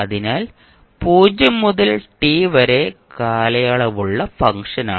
അതിനാൽ 0 മുതൽ t വരെ കാലയളവുള്ള ഫംഗ്ഷനാണ്